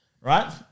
right